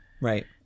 right